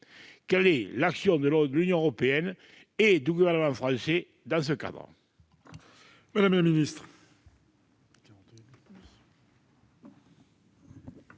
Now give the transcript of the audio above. Quelle est l'action de l'Union européenne et du Gouvernement français dans ce cadre ?